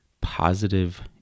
positive